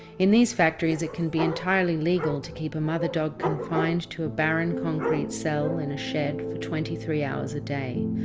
in these factories it can be entirely legal to keep a mother dog confined to a barren concrete cell in a shed for twenty three hours a day,